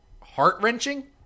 heart-wrenching